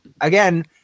again